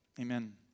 Amen